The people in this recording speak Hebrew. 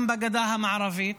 גם בגדה המערבית